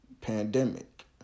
pandemic